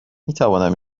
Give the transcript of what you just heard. میتوانم